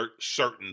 certain